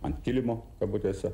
ant kilimo kabutėse